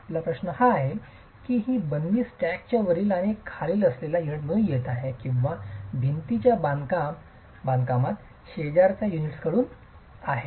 आपला प्रश्न हा आहे की ही बंदी स्टॅकच्या वरील आणि खाली असलेल्या युनिटमधून येत आहे किंवा भिंतीच्या बांधकामात शेजारच्या युनिट्सकडून आहे